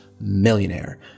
millionaire